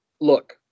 look